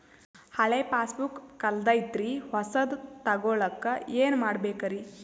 ಹಳೆ ಪಾಸ್ಬುಕ್ ಕಲ್ದೈತ್ರಿ ಹೊಸದ ತಗೊಳಕ್ ಏನ್ ಮಾಡ್ಬೇಕರಿ?